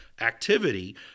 activity